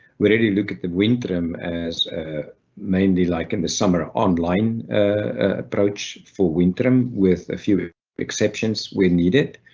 we already look at the winterim as ah mainly like in the summer online approach for winterim. with a few exceptions where needed.